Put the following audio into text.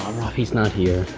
rafi's not here.